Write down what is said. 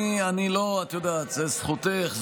את יודעת, זו זכותך.